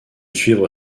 suivre